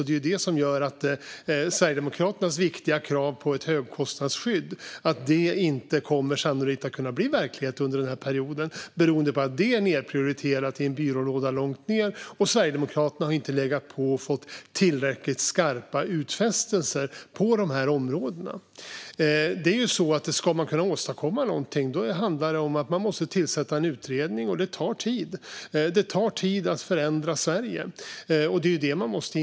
Det är det som gör att Sverigedemokraternas viktiga krav på ett högkostnadsskydd sannolikt inte kommer att kunna bli verklighet under perioden för att det är nedprioriterat i en byrålåda långt ned och för att Sverigedemokraterna inte har legat på och fått tillräckligt skarpa utfästelser på dessa områden. Om man ska åstadkomma någonting måste man först tillsätta en utredning, och det tar tid. Det tar tid att förändra Sverige, och det måste man inse.